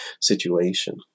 situation